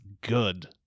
good